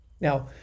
Now